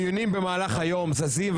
דיונים במהלך היום זזים,